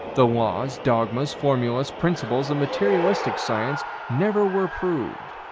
the laws, dogmas, formulas, principles, of materialistic science never were proved,